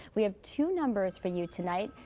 we have two numbers for you tonight.